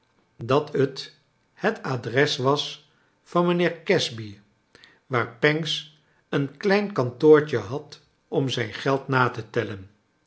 dat t het adres was van mijnheer casby waar pancks een klein kantoortje had om zijn geld na te tellen